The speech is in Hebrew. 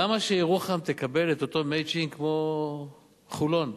למה שירוחם תקבל את אותו "מצ'ינג" כמו חולון?